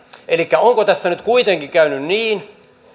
elikkä onko tässä nyt kuitenkin käynyt niin